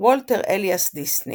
וולטר אליאס דיסני